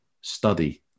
study